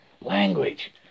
Language